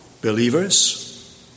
believers